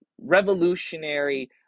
revolutionary